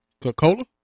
Coca-Cola